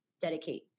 dedicate